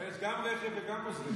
יש גם רכב וגם עוזרים.